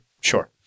Sure